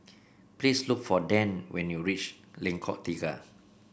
please look for Dann when you reach Lengkong Tiga